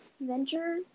adventure